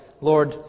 Lord